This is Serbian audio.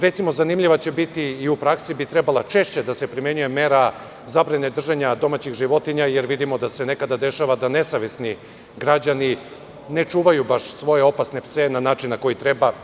Recimo zanimljiva će biti i u praksi bi trebalo češće da se primenjuje mera zabrane držanja domaćih životinja jer vidimo da se nekada dešava da nesavesni građani ne čuvaju svoje opasne pse na način koji treba.